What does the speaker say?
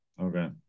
Okay